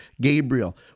Gabriel